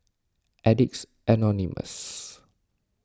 Addicts Anonymous